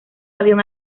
avión